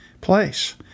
place